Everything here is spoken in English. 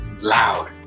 loud